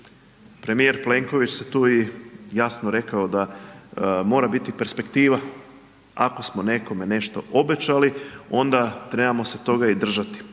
Premijer Plenković je tu jasno rekao da mora biti perspektiva, ako smo nekome nešto obećali onda se toga trebamo i držati.